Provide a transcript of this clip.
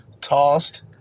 tossed